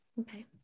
Okay